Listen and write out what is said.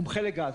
מומחה לגז.